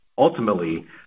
ultimately